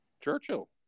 Churchill